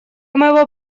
моего